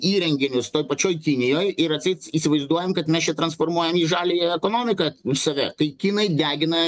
įrenginius toj pačioj kinijoj ir atseit įsivaizduojam kad mes čia transformuojam į žaliąją ekonomiką už save tai kinai degina